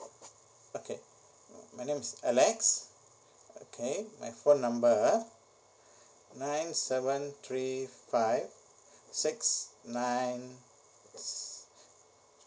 okay my name is alex okay my phone number nine seven three five six nine